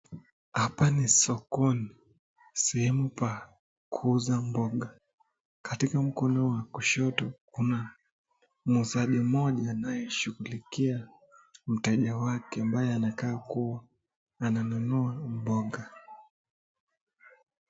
Hapa ni sokoni, sehemu pa kuuza mboga, katika mkono wa kushoto kuna muuzaji mmoja anayeshughulikia mteja wake ambaye anakaa kuwa ananunua mboga.